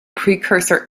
precursor